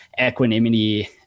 equanimity